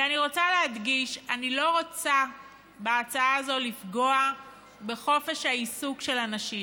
ואני רוצה להדגיש: אני לא רוצה בהצעה הזאת לפגוע בחופש העיסוק של אנשים,